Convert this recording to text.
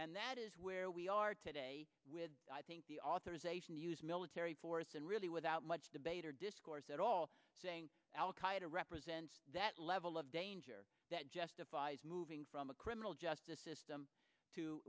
and that is where we are today with i think the authorization to use military force and really without much debate or discourse at all saying al qaeda represents that level of danger that justifies moving from a criminal justice system to